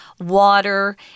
water